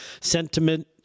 sentiment